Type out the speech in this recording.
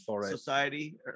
Society